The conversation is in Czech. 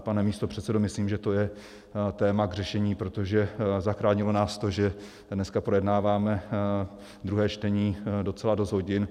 Pane místopředsedo, myslím, že to je téma k řešení, protože zachránilo nás to, že dneska projednáváme druhé čtení docela dost hodin.